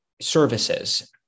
services